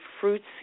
fruits